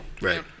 Right